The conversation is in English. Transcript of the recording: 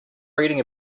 reading